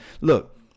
Look